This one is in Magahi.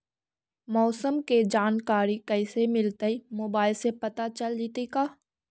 मौसम के जानकारी कैसे मिलतै मोबाईल से पता चल जितै का?